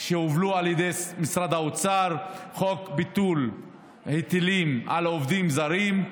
שהובלו על ידי משרד האוצר: חוק ביטול היטלים על עובדים זרים.